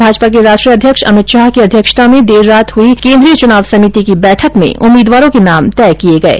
भाजपा के राष्ट्रीय अध्यक्ष अमित शाह की अध्यक्षता में कल देर रात हुई पार्टी की केंद्रीय चुनाव समिति की बैठक में उम्मीदवारों के नाम तय किये गये